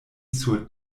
sur